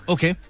Okay